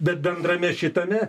bet bendrame šitame